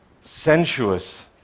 Sensuous